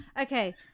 Okay